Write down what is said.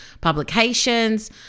publications